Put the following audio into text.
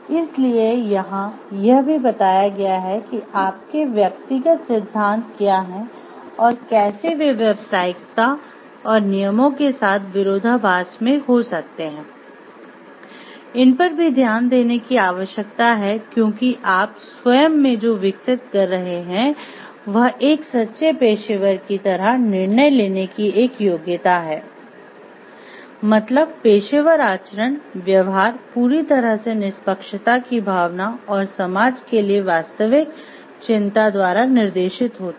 इसलिए यहां यह भी बताया गया है कि आपके व्यक्तिगत सिद्धांत पूरी तरह से निष्पक्षता की भावना और समाज के लिए वास्तविक चिंता द्वारा निर्देशित होता है